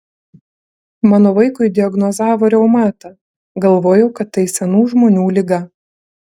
mano vaikui diagnozavo reumatą galvojau kad tai senų žmonių liga